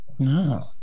No